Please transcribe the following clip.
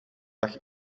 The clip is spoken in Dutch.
dag